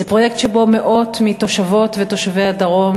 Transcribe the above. זה פרויקט שבו מאות מתושבות ותושבי הדרום,